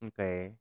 Okay